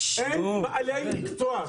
אין בעלי מקצוע,